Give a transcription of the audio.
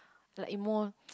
like in more